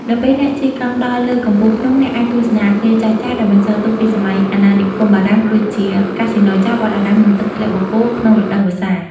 នៅពេលអ្នកជិះកង់ដល់លើកំពូលភ្នំ អ្នកអាចទស្សនាអគារចាស់ៗដែលបន្សល់ទុកពីសម័យអាណានិគមបារាំង ដូចជា កាស៊ីណូចាស់ វត្តអារាម និងទឹកធ្លាក់បូកគោ ក្នុងរដូវវស្សា។